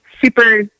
super